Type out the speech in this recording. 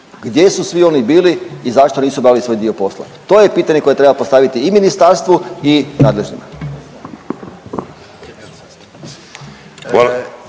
Gdje su svi oni bili i zašto nisu dali svoj dio posla? To je pitanje koje treba postaviti i ministarstvu i nadležnima.